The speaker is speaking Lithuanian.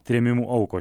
trėmimų aukos